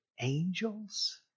angels